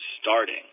starting